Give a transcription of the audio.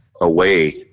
away